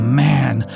man